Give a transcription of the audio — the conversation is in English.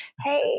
Hey